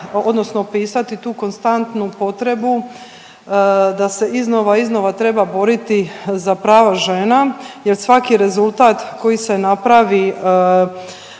odnosno opisati tu konstantu potrebu? Da, da se iznova, iznova treba boriti za prava žena jer svaki rezultat koji se napravi